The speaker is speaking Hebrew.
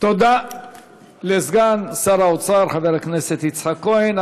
תודה לסגן שר האוצר חבר הכנסת יצחק כהן.